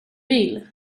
vill